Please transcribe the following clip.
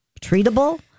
treatable